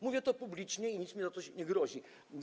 Mówię to publicznie i nic mi za to nie grozi.